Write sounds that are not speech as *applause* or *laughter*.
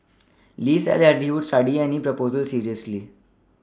*noise* Lee said that he would study any proposal seriously